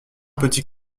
petit